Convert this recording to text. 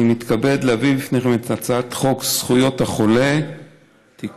אני מתכבד להביא בפניכם את הצעת חוק זכויות החולה (תיקון,